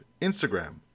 Instagram